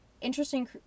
interesting